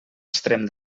extrem